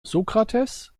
sokrates